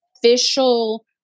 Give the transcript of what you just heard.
official